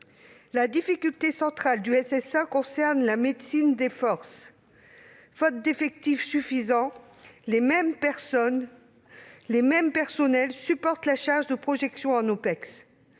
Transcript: difficulté du SSA concerne la médecine des forces. Faute d'effectifs suffisants, les mêmes personnels supportent la charge de projection en OPEX.